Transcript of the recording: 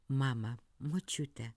mama močiute